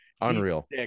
unreal